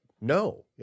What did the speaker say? No